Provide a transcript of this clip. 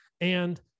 And-